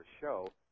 show